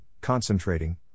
concentrating